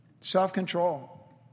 Self-control